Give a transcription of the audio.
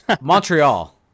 Montreal